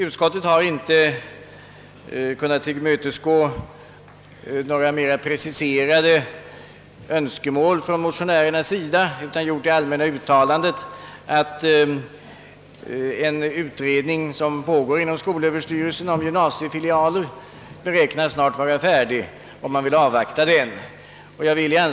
Utskottet har inte kunnat tillmötesgå några mera preciserade önskemål av motionärerna utan gjort det allmänna uttalandet, att det vill avvakta resultatet av en utredning som pågår inom skolöverstyrelsen och som snart beräknas vara färdig.